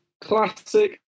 Classic